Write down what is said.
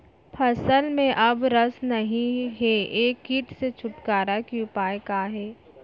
फसल में अब रस नही हे ये किट से छुटकारा के उपाय का हे?